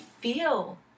feel